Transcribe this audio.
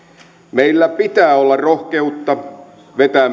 meillä pitää olla rohkeutta myös vetää